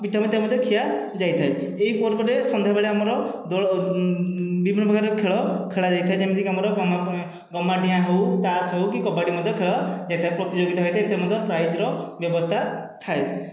ପିଠା ମିଥା ମଧ୍ୟ ଖିଆ ଯାଇଥାଏ ଏହି ପର୍ବରେ ସନ୍ଧ୍ୟାବେଳେ ଆମର ଦୋଳ ବିଭିନ୍ନ ପ୍ରକାର ଖେଳ ଖେଳା ଯାଇଥାଏ ଯେମିତିକି ଆମର ଗହ୍ମା ଗହ୍ମା ଡିଆଁ ହେଉ ତାସ୍ ହେଉ କି କବାଡ଼ି ମଧ୍ୟ ଖେଳ ଯାଇଥାଏ ପ୍ରତିଯୋଗିତା ହୋଇଥାଏ ଏଥିରେ ମଧ୍ୟ ପ୍ରାଇଜର ବ୍ୟବସ୍ଥା ଥାଏ